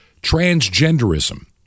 transgenderism